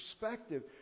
perspective